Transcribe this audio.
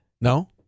No